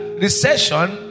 recession